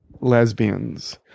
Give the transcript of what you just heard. lesbians